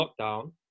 lockdown